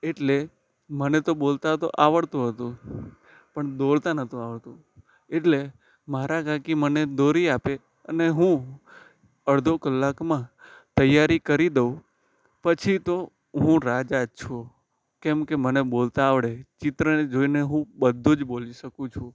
એટલે મને તો બોલતા તો આવડતું હતું પણ દોરતા નહોતું આવડતું એટલે મારાં કાકી મને દોરી આપે અને હું અડધો કલાકમાં તૈયારી કરી દઉં પછી તો હું રાજા જ છું કેમ કે મને બોલતા આવડે ચિત્રને જોઈને હું બધું જ બોલી શકું છું